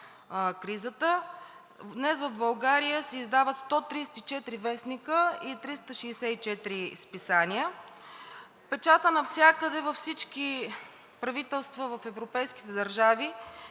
кризата – днес в България се издават 134 вестника и 364 списания. Печатът навсякъде – във всички правителства в европейските държави,